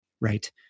right